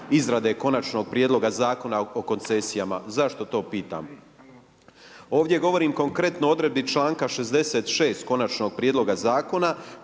izrade Konačnog prijedloga Zakona o koncesijama. Zašto to pitam? Ovdje govorim konkretno o odredbi članka 66. konačnog prijedloga zakona